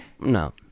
No